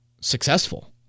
successful